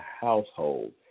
household